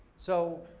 so,